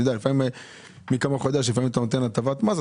אתה יודע לפעמים מי כמוך יודע שלפעמים אתה נותן הטבת מס,